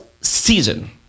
season